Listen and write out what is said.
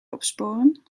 opsporen